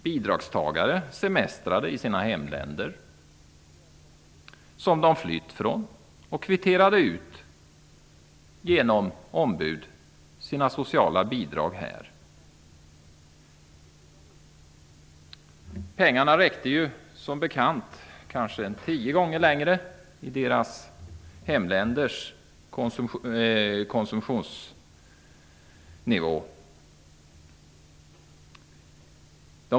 Bidragstagare semestrade i sina hemländer som de flytt ifrån och kvitterade genom ombud ut sina sociala bidrag här. Pengarna räcker som bekant kanske tio gånger längre med deras hemländers konsumtionsnivå.